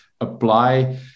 apply